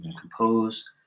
Compose